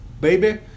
baby